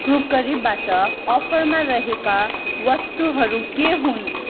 क्रुकरीबाट अफरमा रहेका वस्तुहरू के हुन्